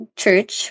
church